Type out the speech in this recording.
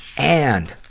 and,